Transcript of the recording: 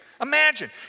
Imagine